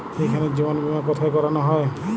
এখানে জীবন বীমা কোথায় করানো হয়?